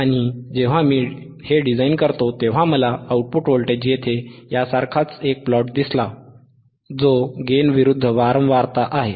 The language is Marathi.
आणि जेव्हा मी हे डिझाइन करतो तेव्हा मला आउटपुट व्होल्टेज येथे यासारखाच एक प्लॉट दिसला जो गेन विरुद्ध वारंवारता आहे